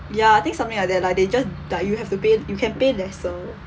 ya I think something like that like they just like you have to pay you can pay lesser